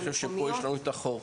אז אני חושב שפה יש לנו את החור,